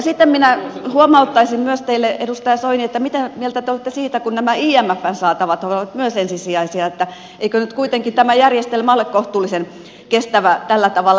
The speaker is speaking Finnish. sitten minä huomauttaisin myös teille edustaja soini että mitä mieltä te olette siitä kun nämä imfn saatavat ovat myös ensisijaisia että eikö nyt kuitenkin tämä järjestelmä ole kohtuullisen kestävä tällä tavalla